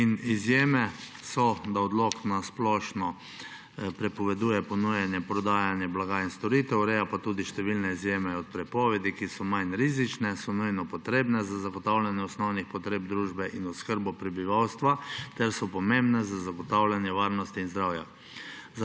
Izjeme so, da odlok na splošno prepoveduje ponujanje, prodajanje blaga in storitev. Ureja pa tudi številne izjeme od prepovedi, ki so manj rizične, so nujno potrebne za zagotavljanje osnovnih potreb družbe in oskrbo prebivalstva ter so pomembne za zagotavljanje varnosti in zdravja.